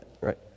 right